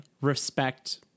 respect